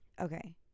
Okay